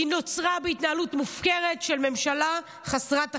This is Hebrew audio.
היא נוצרה בהתנהלות מופקרת של ממשלה חסרת אחריות.